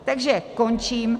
Takže končím.